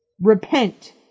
Repent